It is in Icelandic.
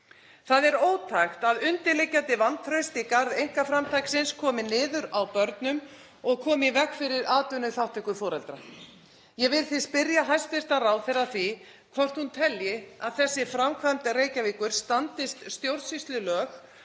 Það er ótækt að undirliggjandi vantraust í garð einkaframtaksins komi niður á börnum og komi í veg fyrir atvinnuþátttöku foreldra. Ég vil því spyrja hæstv. ráðherra að því hvort hún telji að þessi framkvæmd Reykjavíkurborgar standist stjórnsýslulög